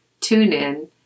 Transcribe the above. TuneIn